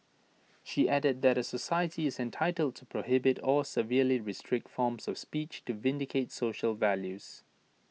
she added that the society is entitled to prohibit or severely restrict forms of speech to vindicate social values